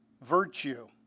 virtue